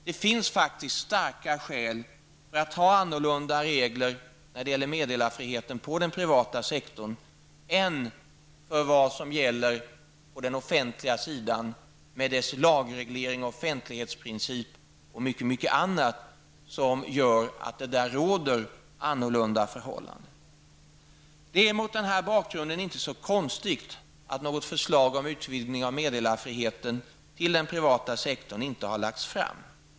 Det finns starka skäl för att ha annorlunda regler för meddelarfriheten på den privata sektorn än för vad som gäller på den offentliga sidan med dess lagreglering, offentlighetsprincip och mycket annat som gör att det där råder annorlunda förhållanden. Det är mot denna bakgrund inte konstigt att något förslag om utvidgning av meddelarfriheten till att omfatta den privata sektorn inte har lagts fram.